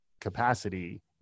capacity